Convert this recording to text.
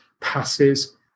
passes